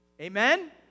Amen